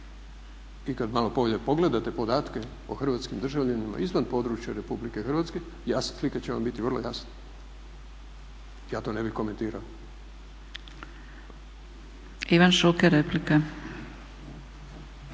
I kad malo bolje pogledate podatke o hrvatskim državljanima izvan područja RH slika će vam biti vrlo jasna. Ja to ne bih komentirao.